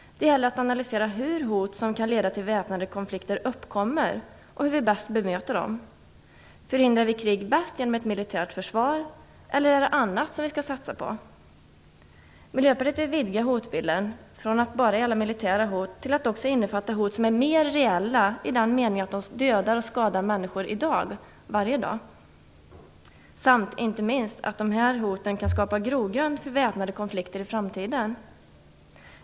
Det gäller att analysera hur hot som kan leda till väpnade konflikter uppkommer, och hur vi bäst bemöter dem. Förhindrar vi krig bäst genom ett militärt försvar, eller är det annat vi skall satsa på? Miljöpartiet vill vidga hotbilden från att bara gälla militära hot till att också innefatta hot som är mer reella i den meningen att människor dödas och skadas varje dag samt, inte minst, att dessa kan skapa grogrund för väpnade konflikter i framtiden.